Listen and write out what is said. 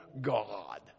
God